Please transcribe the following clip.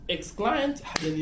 Ex-client